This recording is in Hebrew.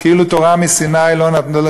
כאילו תורה מסיני לא נתנו,